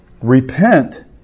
Repent